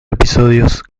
episodios